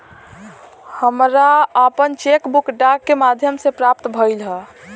हमरा आपन cheque book डाक के माध्यम से प्राप्त भइल ह